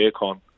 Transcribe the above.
aircon